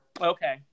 Okay